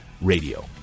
Radio